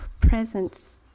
presence